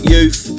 Youth